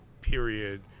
period